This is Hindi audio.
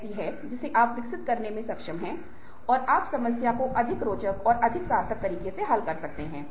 आत्म सम्मान के बिना व्यक्ति दूसरों के सम्मान के साथ साथ सफल होने की इच्छाशक्ति खो देता है